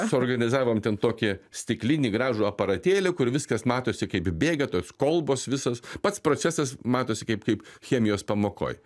suorganizavom ten tokį stiklinį gražų aparatėlį kur viskas matosi kaip bėga tos kolbos visos pats procesas matosi kaip kaip chemijos pamokoj